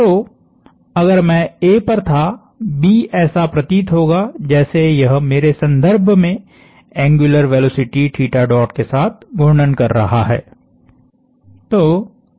तो अगर मैं A पर था B ऐसा प्रतीत होगा जैसे यह मेरे संदर्भ में एंग्युलर वेलोसिटी के साथ घूर्णन कर रहा है